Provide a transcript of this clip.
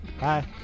Bye